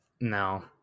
no